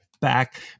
back